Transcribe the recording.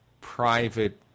private